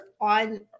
on